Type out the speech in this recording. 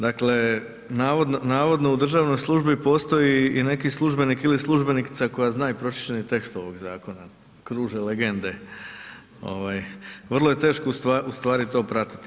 Dakle, navodno u državnoj službi postoji i neki službenik ili službenica koja zna i pročišćeni tekst ovog zakona, kruže legende, vrlo je teško ustvari to pratiti.